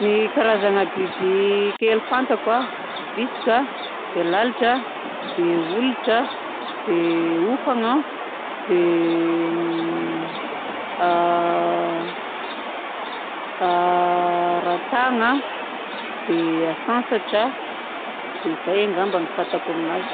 Ny karazana bibikely fantako a vitsika dia lalilitra dia olitra dia hofagna a dia ratagna dia asansatra. Dia zay angamba no fantako aminazy.